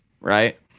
right